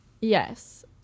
Yes